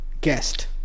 guest